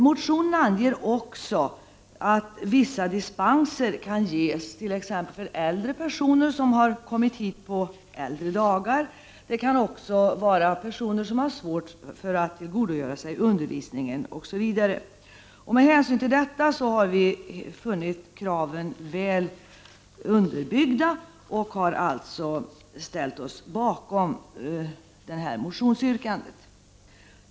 Motionären anser också att vissa dispenser kan ges, t.ex. för personer som kommit hit på äldre dagar, likaså för personer som har svårt att tillgodogöra sig undervisningen, osv. Med hänsyn till detta har vi funnit kraven väl underbyggda och har alltså ställt oss bakom motionsyrkandet.